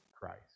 Christ